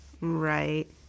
Right